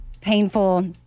painful